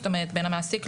זאת אומרת בין המעסיק,